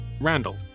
Randall